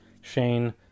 Shane